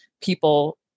people